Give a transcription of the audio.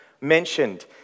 mentioned